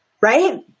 right